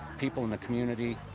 people in the community.